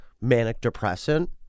manic-depressant